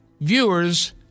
viewers